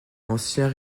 ancien